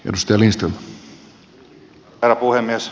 arvoisa herra puhemies